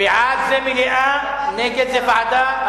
בעד זה מליאה, נגד זה ועדה.